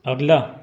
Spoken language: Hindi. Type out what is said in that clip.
अगला